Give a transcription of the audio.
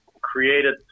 created